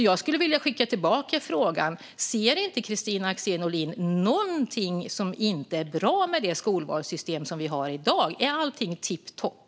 Jag vill skicka tillbaka frågan: Ser inte Kristina Axén Olin någonting som inte är bra med det skolvalssystem som vi har i dag? Är allting tipptopp?